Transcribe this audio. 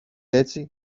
έτσι